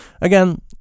Again